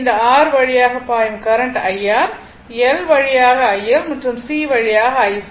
இந்த R வழியாக பாயும் கரண்ட் IR L வழியாக IL மற்றும் C வழியாக IC